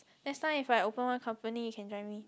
next time if I open one company you can join me